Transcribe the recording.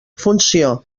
funció